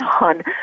on